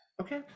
Okay